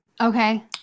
Okay